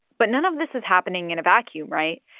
but none of this is happening in a vacuum, right?